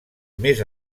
més